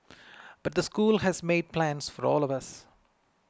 but the school has made plans for all of us